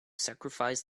sacrifice